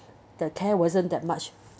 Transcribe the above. the care wasn't that much